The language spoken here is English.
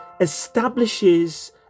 establishes